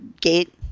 gate